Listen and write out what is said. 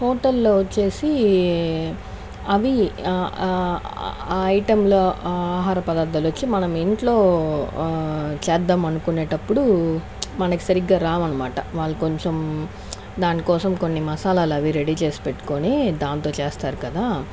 హోటల్లో వచ్చేసి అవి ఐటమ్లో ఆహార పదార్ధాలు వచ్చి మనం ఇంట్లో చేద్దామనుకునేటప్పుడు మనకు సరిగ్గా రావనమాట వాళ్ళు కొంచెం దాన్ని కోసం కొంచెం మసాలాలు అవి రెడీ చేసి పెట్టుకుని దాంతో చేస్తారు కదా